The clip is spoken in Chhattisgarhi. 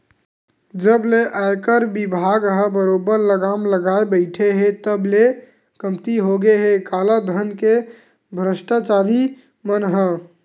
जब ले आयकर बिभाग ह बरोबर लगाम लगाए बइठे हे तब ले कमती होगे हे कालाधन के भस्टाचारी मन ह